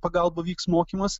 pagalba vyks mokymas